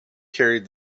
carried